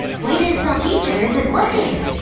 wait until teacher isn't looking